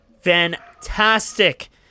fantastic